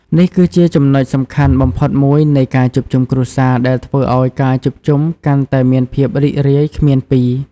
នេះគឺជាចំណុចសំខាន់បំផុតមួយនៃការជួបជុំគ្រួសារ ដែលធ្វើឲ្យការជួបជុំកាន់តែមានភាពរីករាយគ្មានពីរ។